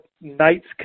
nights